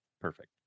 Perfect